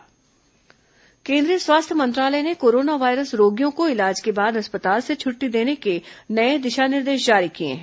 corona स्वास्थ्य मंत्रालय निर्देश केंद्रीय स्वास्थ्य मंत्रालय ने कोरोना वायरस रोगियों को इलाज के बाद अस्पताल से छुट्टी देने के नए दिशा निर्देश जारी किए हैं